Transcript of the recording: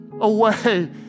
away